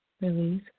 Release